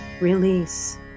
Release